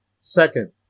Second